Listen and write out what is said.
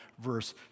verse